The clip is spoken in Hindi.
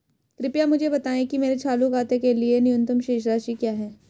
कृपया मुझे बताएं कि मेरे चालू खाते के लिए न्यूनतम शेष राशि क्या है